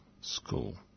school